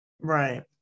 right